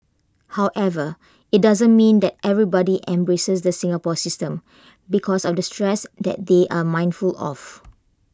however IT doesn't mean that everybody embraces the Singapore system because of the stress that they are mindful of